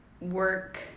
work